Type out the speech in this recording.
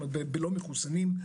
בלא מחוסנים,